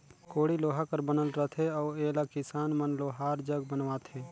कोड़ी लोहा कर बनल रहथे अउ एला किसान मन लोहार जग बनवाथे